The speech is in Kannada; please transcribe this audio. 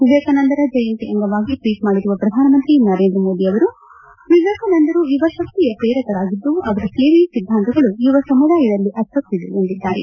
ವಿವೇಕಾನಂದ ಜಯಂತಿ ಅಂಗವಾಗಿ ಟ್ಲೀಟ್ ಮಾಡಿರುವ ಪ್ರಧಾನಮಂತ್ರಿ ನರೇಂದ್ರ ಮೋದಿ ಅವರು ವಿವೇಕಾನಂದರ ಯುವ ಶಕ್ತಿಯ ಪ್ರೇರಕರಾಗಿದ್ದು ಅವರ ಸೇವೆಯ ಸಿದ್ದಾಂತಗಳು ಯುವ ಸಮುದಾಯದಲ್ಲಿ ಅಚ್ಚೊತ್ತಿದೆ ಎಂದಿದ್ದಾರೆ